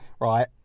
right